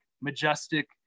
majestic